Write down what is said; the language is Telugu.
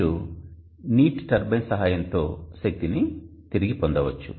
మీరు నీటి టర్బైన్ సహాయంతో శక్తిని తిరిగి పొందవచ్చు